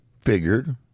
figured